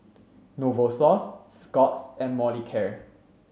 Novosource Scott's and Molicare